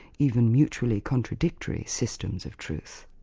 even mutually contradictory systems of truth.